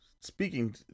speaking